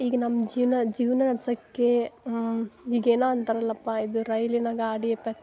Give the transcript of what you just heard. ಈಗ ನಮ್ಮ ಜೀವನ ಜೀವನ ನಡ್ಸೋಕೆ ಈಗ ಏನೋ ಅಂತಾರಲಪ್ಪ ಇದು ರೈಲಿನ ಗಾಡಿ